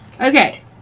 Okay